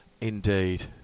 Indeed